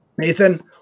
Nathan